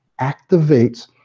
activates